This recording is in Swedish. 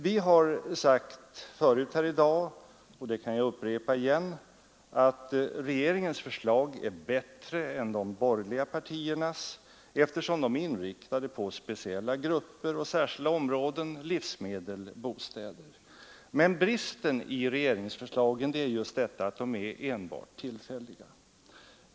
Jag kan upprepa vad vi har sagt tidigare i dag, att regeringens förslag är bättre än de borgerliga partiernas, eftersom de förra är inriktade på speciella grupper och särskilda områden — livsmedel och bostäder. Men bristen i regeringsförslagen är just att de enbart är tillfälliga.